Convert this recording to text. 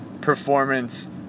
performance